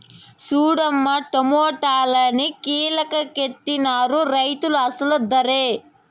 సూడమ్మో టమాటాలన్ని కీలపాకెత్తనారు రైతులు అసలు దరే